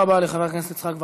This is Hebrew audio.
תודה רבה לחבר הכנסת יצחק וקנין.